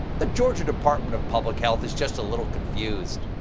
the georgia department of public health is just a little confused.